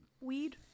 weed